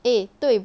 eh 对